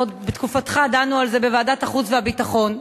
עוד בתקופתך דנו על זה בוועדת החוץ והביטחון.